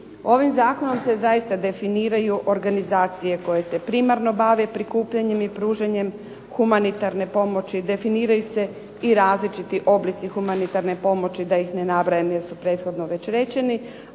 Ovim zakonom se definiraju organizacije koje se primarno bave prikupljanjem i pružanjem humanitarne pomoći, definiraju se i različiti oblici humanitarne pomoći da ih ne nabrajam jer su prethodno već rečeni.